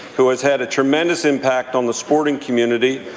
who has had a tremendous impact on the sporting community,